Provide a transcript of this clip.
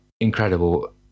incredible